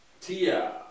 Tia